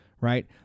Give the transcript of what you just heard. Right